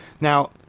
Now